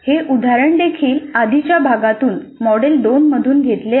हे उदाहरण देखील आधीच्या भागातून मॉड्यूल 2 मधून घेतले गेले आहे